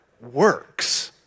works